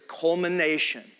culmination